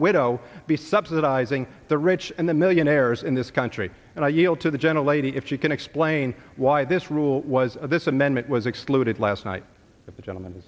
widow be subsidizing the rich and the millionaires in this country and i yield to the gentle lady if you can explain why this rule was this amendment was excluded last night of the gentleman